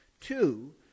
Two